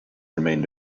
remained